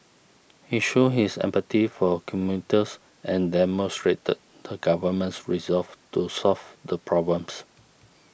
he showed his empathy for commuters and demonstrated the government's resolve to solve the problems